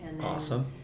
awesome